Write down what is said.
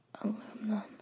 Aluminum